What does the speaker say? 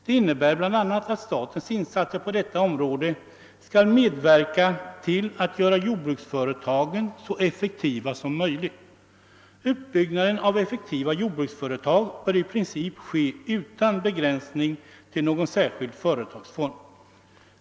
Det innebär bl.a. att statens insatser på detta område skall medverka till att göra jordbruksföretagen så effektiva som möjligt. Uppbyggnaden av effektiva jordbruksföretag bör i princip ske utan begränsning till någon särskild företagsform.